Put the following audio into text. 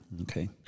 Okay